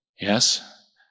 Yes